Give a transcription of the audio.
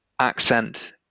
accent